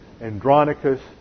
Andronicus